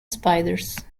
spiders